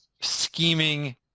scheming